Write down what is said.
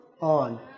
on